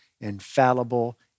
infallible